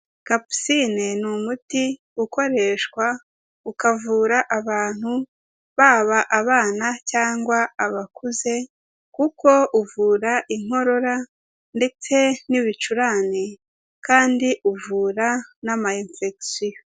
Kapusine ni umuti ukoreshwa ukavura abantu, baba abana cyangwa abakuze, kuko uvura inkorora ndetse n'ibicurane, kandi uvura n'amayimfekisiyo.